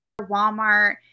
Walmart